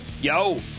Yo